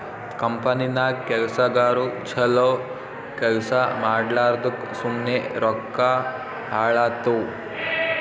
ಕಂಪನಿನಾಗ್ ಕೆಲ್ಸಗಾರು ಛಲೋ ಕೆಲ್ಸಾ ಮಾಡ್ಲಾರ್ದುಕ್ ಸುಮ್ಮೆ ರೊಕ್ಕಾ ಹಾಳಾತ್ತುವ್